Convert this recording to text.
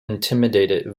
intimidated